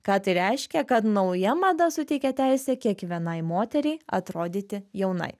ką tai reiškia kad nauja mada suteikė teisę kiekvienai moteriai atrodyti jaunai